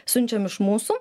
siunčiam iš mūsų